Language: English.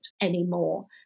anymore